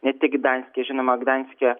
ne tik gdanske žinoma gdanske